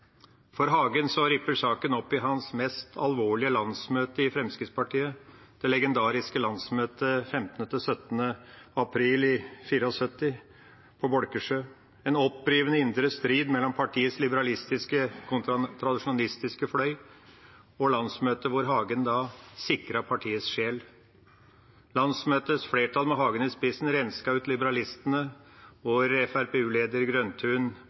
For Hagen ripper saken opp i hans mest alvorlige landsmøte i Fremskrittspartiet – det legendariske landsmøtet 15.–17. april i 1974 på Bolkesjø. Det var en opprivende indre strid mellom partiets liberalistiske kontra tradisjonalistiske fløy, på landsmøtet hvor Hagen sikret partiets sjel. Landsmøtets flertall – med Hagen i spissen – rensket ut liberalistene, hvor